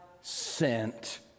sent